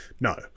no